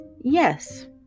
Yes